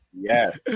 yes